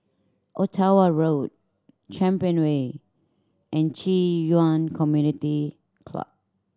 Ottawa Road Champion Way and Ci Yuan Community Club